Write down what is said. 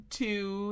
two